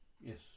Yes